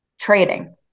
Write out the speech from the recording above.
trading